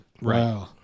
Right